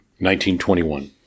1921